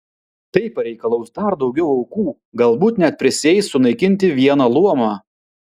tai pareikalaus dar daugiau aukų galbūt net prisieis sunaikinti vieną luomą